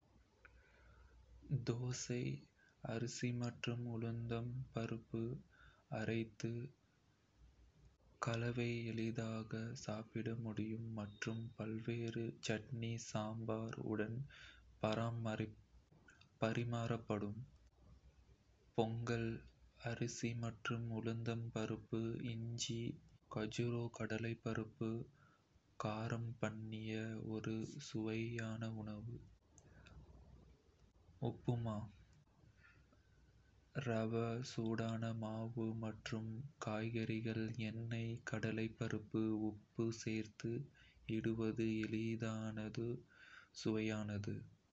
தோசை – அரிசி மற்றும் உளுத்தம் பருப்பு அரைத்த கலவை, எளிதாக சாப்பிட முடியும் மற்றும் பல்வேறு சட்னி, சாம்பார் உடன் பரிமாறப்படும். பொங்கல் – அரிசி மற்றும் உளுத்தம் பருப்பு, இஞ்சி, கஜ்ரோஸு, கடலைப்பருப்பு, காரம் பண்ணிய ஒரு சுவையான உணவு. உப்புமா – ரவா சூடான மாவு மற்றும் காய்கறிகள், எண்ணெய், கடலைப்பருப்பு, உப்பு சேர்த்து சுடுவது. எளிதானதும் சுவையானதும். அப்பம் – பஞ்சசாரம் (அரிசி மாவு) மற்றும் உளுத்தம் பருப்பு கலவையை ஊற்றியும், சிறு பாணியில் வடிப்பது. சந்தாரா சாம்பார் – அரிசி, உளுத்தம் பருப்பு மற்றும் எளிய காய்கறிகளை கொண்டு ஒரு சுவையான, எளிமையான உணவு. பொரியல் – காய்கறிகளை எளிதாக குழைத்து, எண்ணெயில் வறுத்து, காரம் போட்டு ஒரு சுவையான பொரியல் செய்தல். குறுக்குழி – பிசைந்த அரிசி மாவு அல்லது உளுத்தம் பருப்பு கலவை, மென்மையான முறையில், சூடான சோஸ் அல்லது சட்னியுடன் பரிமாறுதல். பப்கள் மற்றும் சட்னி – உருளைக்கிழங்கு அல்லது வேக வைத்த காய்கறிகளை வைத்து, எளிய மற்றும் சுவையான பப்கள் தயாரித்து, சட்னியுடன் பரிமாறுவது.